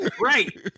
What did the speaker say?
right